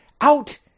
Out